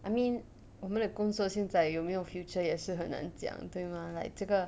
I mean 我们的工作现在有没有 future 也是很难讲对吗 like 这个